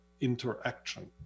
interaction